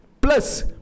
plus